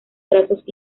grasos